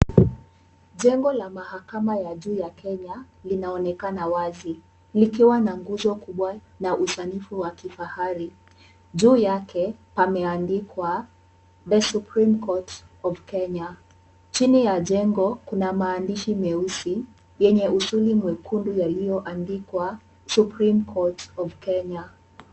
Jengo la mahakama ya juu ya Kenya, linaonekana wazi, likiwa na nguzo kubwa na usanifu wa kifahari. Juu yake pameandikwa, The Supreme Court of Kenya . Chini ya jengo kuna maandishi meusi yenye usuli mwekundu yaliyoandikwa, supreme court of Kenya .